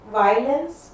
violence